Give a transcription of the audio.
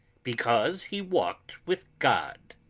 because he walked with god.